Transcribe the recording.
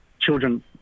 children